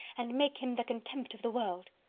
and make him the contempt of the world.